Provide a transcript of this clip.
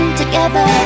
together